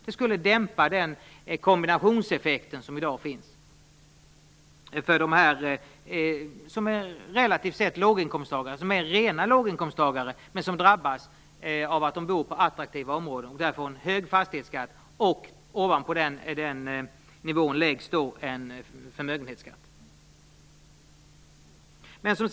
Det skulle dämpa den kombinationseffekt som i dag uppstår för låginkomsttagare som drabbas av att de bor i attraktiva områden. De får en hög fastighetsskatt, och ovanpå den läggs en förmögenhetsskatt.